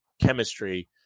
chemistry